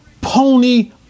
pony